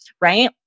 right